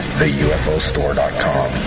theUFOStore.com